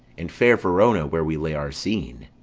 in fair verona, where we lay our scene,